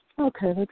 Okay